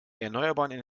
erneuerbaren